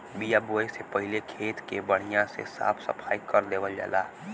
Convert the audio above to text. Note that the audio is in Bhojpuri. बिया बोये से पहिले खेत के बढ़िया से साफ सफाई कर देवल जाला